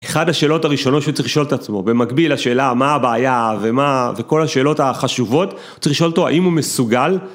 אחד השאלות הראשונות שצריך לשאול את עצמו במקביל לשאלה מה הבעיה ומה, וכל השאלות החשובות, צריך לשאול אותו האם הוא מסוגל...